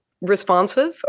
responsive